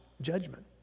judgment